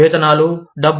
వేతనాలు డబ్బు